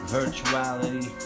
virtuality